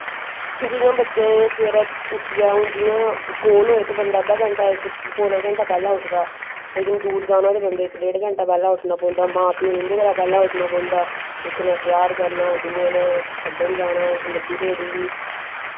जि'यां बच्चे सवेरै उट्ठियै हून जि'यां कोल होए ते बंदा अद्धा घैंटा पौना घैंटा पैह्लें उठदा लेकिन दूर जाना होए ते इक डेढ़ घैंटै पैह्लें उट्ठना पौंदा मा प्यो ई उं'दे कोला पैह्लें उट्ठना पौंदा इक नै प्यार करना दूए ने छड्डन जाना गड्डी धोड़ी बी